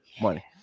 money